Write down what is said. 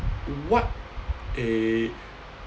what eh